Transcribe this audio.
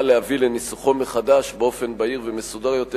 להביא לניסוחו מחדש באופן בהיר ומסודר יותר,